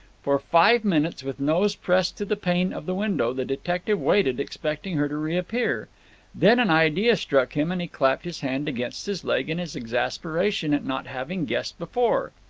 for five minutes, with nose pressed to the pane of the window, the detective waited, expecting her to reappear then an idea struck him, and he clapped his hand against his leg in his exasperation at not having guessed before.